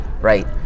Right